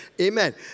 Amen